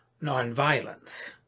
non-violence